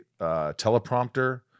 teleprompter